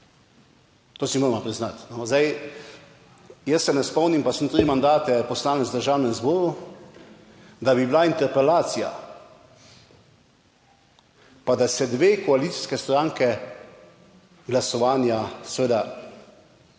to si moramo priznati. Jaz se ne spomnim, pa sem tri mandate poslanec v Državnem zboru, da bi bila interpelacija, pa da se dve koalicijski stranki glasovanja, seveda,